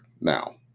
now